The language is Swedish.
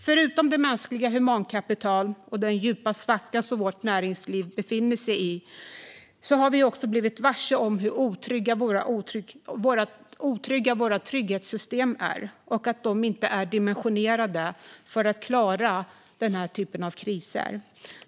Förutom frågorna om humankapitalet och den djupa svacka som vårt näringsliv befinner sig i har vi också blivit varse hur otrygga våra trygghetssystem är och att de inte är dimensionerade för att klara denna typ av kriser.